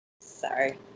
Sorry